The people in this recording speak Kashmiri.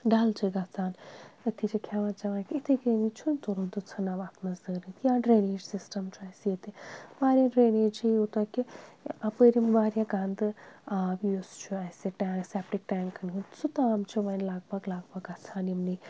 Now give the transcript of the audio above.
ڈَل چھِ گژھان أتھی چھِ کھٮ۪وان چٮ۪وانہِ یِتھَے کٔنی چھُنہٕ تُلُن تہِ ژھٕنو اَتھ منٛز دٲرِتھ یا ڈرٛینیج سِسٹَم چھُ اَسہِ ییٚتہِ واریاہ ڈرٛینیج چھِ یوٗتاہ کہِ اَپٲرۍ یِم واریاہ گَندٕ آب یُس چھُ اَسہِ سٮ۪پٹِک ٹینٛکَن ہُنٛد سُہ تام چھُ وۄنۍ لَگ بگ لَگ بگ گژھان یِمنٕے